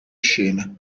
scena